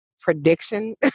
prediction